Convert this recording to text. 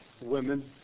women